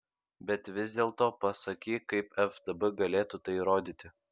bet vis dėlto pasakyk kaip ftb galėtų tai įrodyti